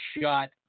shot